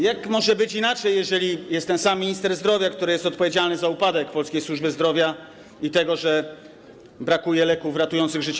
Jak może być inaczej, jeżeli jest ten sam minister zdrowia, który jest odpowiedzialny za upadek polskiej służby zdrowia i to, że w aptekach brakuje leków ratujących życie?